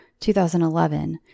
2011